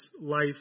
life